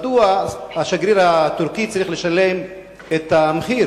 מדוע השגריר הטורקי צריך לשלם את המחיר